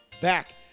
back